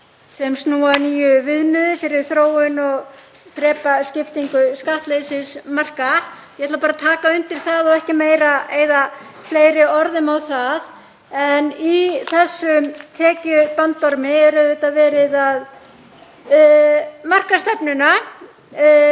sem snúa að nýju viðmiði fyrir þróun og þrepaskiptingu skattleysismarka. Ég ætla bara að taka undir það og ekki eyða fleiri orðum í það. En í þessum tekjubandormi er auðvitað verið að marka stefnuna